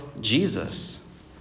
Jesus